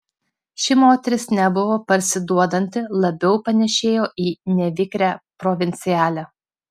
ši moteris nebuvo parsiduodanti labiau panėšėjo į nevikrią provincialę